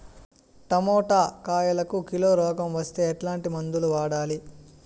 Tomato కాయలకు kilo రోగం వస్తే ఎట్లాంటి మందులు వాడాలి?